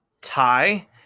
tie